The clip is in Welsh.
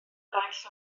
eraill